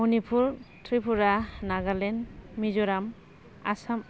Manipur Tripura Nagaland Mizoram Assam